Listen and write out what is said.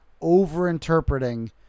over-interpreting